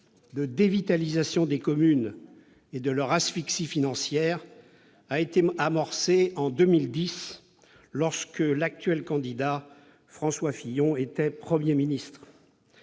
de dévitalisation des communes et de leur asphyxie financière a été amorcée en 2010, lorsque l'actuel candidat à l'élection présidentielle François Fillon était Premier ministre.